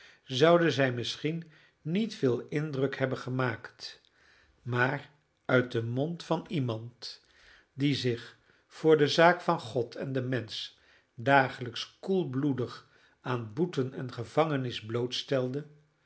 zouden zij misschien niet veel indruk hebben gemaakt maar uit den mond van iemand die zich voor de zaak van god en den mensch dagelijks koelbloedig aan boeten en gevangenis